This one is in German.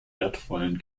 wertvollen